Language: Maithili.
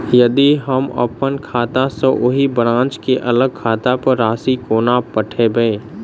यदि हम अप्पन खाता सँ ओही ब्रांच केँ अलग खाता पर राशि कोना पठेबै?